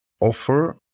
offer